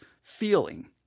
feeling